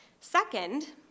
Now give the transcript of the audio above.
Second